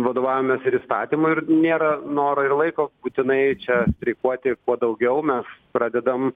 vadovaujamės ir įstatymu ir nėra noro ir laiko būtinai čia streikuoti kuo daugiau mes pradedam